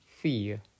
fear